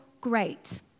great